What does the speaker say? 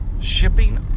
shipping